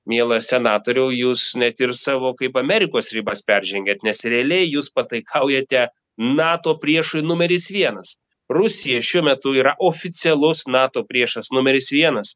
mielas senatoriau jūs net ir savo kaip amerikos ribas peržengiat nes realiai jūs pataikaujate nato priešui numeris vienas rusija šiuo metu yra oficialus nato priešas numeris vienas